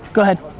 go ahead,